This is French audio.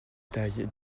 taille